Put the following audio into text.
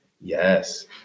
Yes